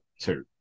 two